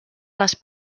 les